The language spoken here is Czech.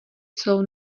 celou